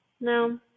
No